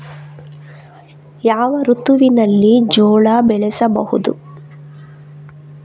ಯಾವ ಋತುವಿನಲ್ಲಿ ಜೋಳ ಬೆಳೆಸಬಹುದು?